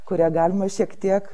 kurią galima šiek tiek